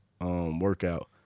workout